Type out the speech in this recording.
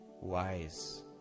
Wise